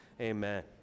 Amen